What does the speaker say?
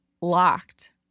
locked